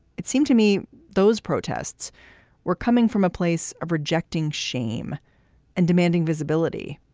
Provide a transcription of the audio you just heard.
it seemed to me those protests were coming from a place of rejecting shame and demanding visibility.